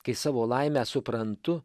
kai savo laimę suprantu